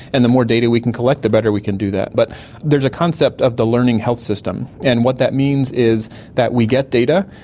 and the more data we can collect the better we can do that. but there's a concept of the learning health system, and what that means is that we get data,